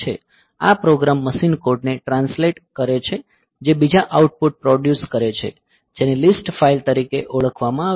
આ program machine કોડને translate કરે છે જે બીજા આઉટપુટ પ્રોડ્યુસ કરે છે જેને લિસ્ટ ફાઇલ તરીકે ઓળખવામાં આવે છે